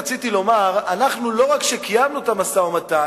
רציתי לומר: לא רק שאנחנו קיימנו את המשא-ומתן,